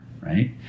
Right